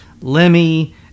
lemmy